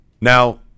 Now